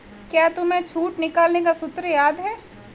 क्या तुम्हें छूट निकालने का सूत्र याद है?